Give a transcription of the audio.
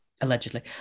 Allegedly